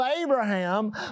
abraham